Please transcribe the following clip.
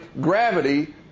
gravity